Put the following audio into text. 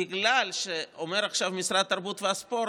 בגלל שאומר עכשיו משרד התרבות והספורט: